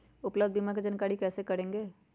उपलब्ध बीमा के जानकारी कैसे करेगे?